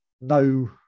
no